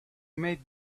made